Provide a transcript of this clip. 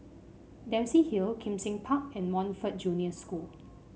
Dempsey Hill Kim Seng Park and Montfort Junior School